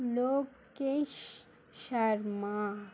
Lokesh Sharma